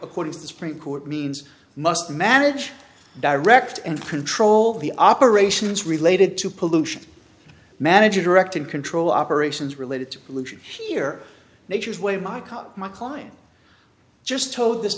according to the supreme court means must manage direct and control the operations related to pollution manager direct and control operations related to pollution here nature's way my car my client just to